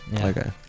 Okay